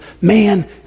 man